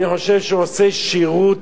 אני חושב שהוא עושה שירות